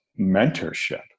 mentorship